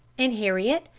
and heriot,